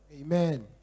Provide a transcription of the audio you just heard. Amen